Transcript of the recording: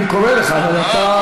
אני קורא לך אבל אתה,